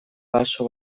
baso